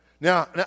Now